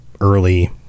early